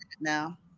now